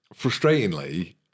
frustratingly